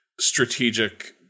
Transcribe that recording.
strategic